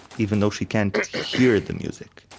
even though she can't hear the music.